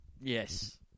Yes